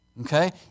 Okay